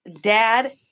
dad